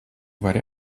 vari